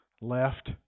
left